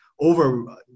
over